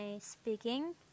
speaking